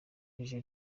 rije